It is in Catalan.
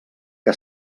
que